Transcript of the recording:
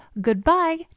goodbye